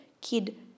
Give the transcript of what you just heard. kid